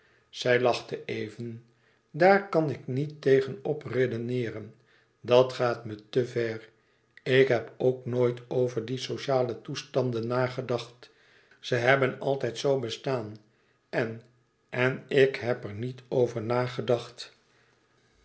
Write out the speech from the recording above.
zij lachte even daar kan ik niet tegen op redeneeren dat gaat me te ver ik heb ook nooit over die sociale toestanden nagedacht ze hebben altijd zoo bestaan en en ik heb er niet over nagedacht